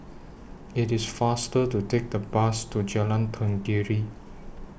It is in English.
IT IS faster to Take The Bus to Jalan Tenggiri